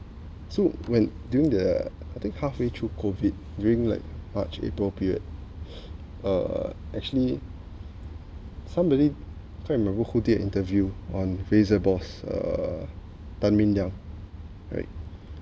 so when during the I think halfway through COVID during like march april period uh actually somebody can't remember who did interview on razer boss uh tan min liang right